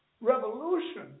Revolution